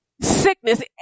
sickness